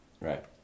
Right